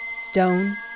Stone